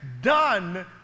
Done